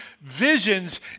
visions